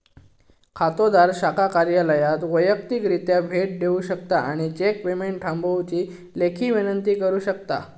खातोदार शाखा कार्यालयात वैयक्तिकरित्या भेट देऊ शकता आणि चेक पेमेंट थांबवुची लेखी विनंती करू शकता